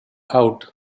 out